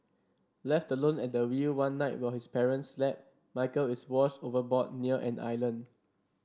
left alone at the wheel one night while his parents slept Michael is washed overboard near an island